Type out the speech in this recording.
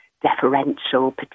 deferential